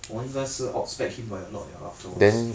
我应该是 out spec him by a lot liao afterwards